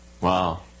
Wow